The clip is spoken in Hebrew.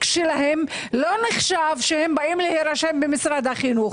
שלהם לא נחשב כשהם באים להירשם במשרד החינוך.